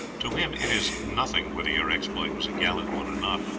to him it is nothing whether your exploit was a gallant one or not,